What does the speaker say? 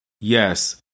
Yes